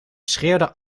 schreeuwde